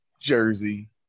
jersey